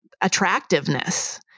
attractiveness